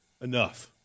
Enough